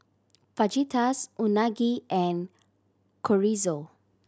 Fajitas Unagi and Chorizo